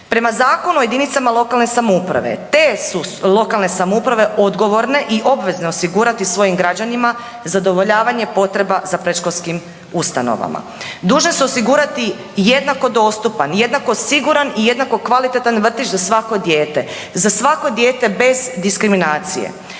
Prema Zakonu o jedinicama lokalne samouprave te su lokalne samouprave odgovorne i obvezne osigurati svojim građanima zadovoljavanje potreba za predškolskim ustanovama. Dužne su osigurati i jednako dostupan i jednako siguran i jednako kvalitetan vrtić za svako dijete, za svako dijete bez diskriminacije.